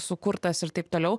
sukurtas ir taip toliau